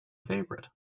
favorite